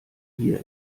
hier